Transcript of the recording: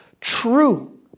true